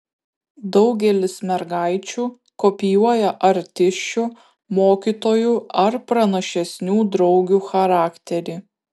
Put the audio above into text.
daugelis mergaičių kopijuoja artisčių mokytojų ar pranašesnių draugių charakterį